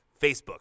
Facebook